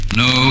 no